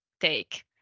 take